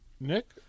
Nick